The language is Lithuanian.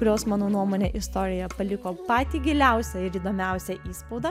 kurios mano nuomone istorijoje paliko patį giliausią ir įdomiausią įspaudą